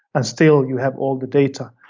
and still you have all the data,